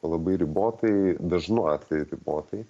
labai ribotai dažnu atveju ribotai